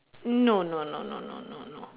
no no no no no no no